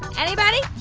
anybody?